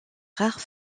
rares